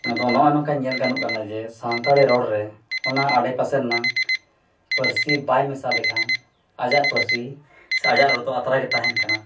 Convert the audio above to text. ᱟᱫᱚ ᱱᱚᱜᱼᱚᱭ ᱱᱚᱝᱠᱟ ᱧᱮᱞ ᱜᱚᱱᱚᱜ ᱠᱟᱱᱟ ᱡᱮ ᱥᱟᱱᱛᱟᱲᱤ ᱨᱚᱲ ᱨᱮ ᱚᱱᱟ ᱟᱰᱮᱯᱟᱥᱮ ᱨᱮᱱᱟᱜ ᱯᱟᱹᱨᱥᱤ ᱵᱟᱭ ᱢᱮᱥᱟ ᱞᱮᱠᱷᱟᱱ ᱟᱡᱟᱜ ᱯᱟᱹᱨᱥᱤ ᱥᱮ ᱟᱡᱟᱜ ᱨᱚᱲ ᱫᱚ ᱟᱛᱨᱟᱜᱮ ᱛᱟᱦᱮᱱ ᱠᱟᱱᱟ